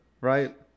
right